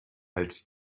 als